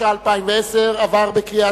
התש"ע 2010, נתקבל.